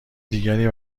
دیگری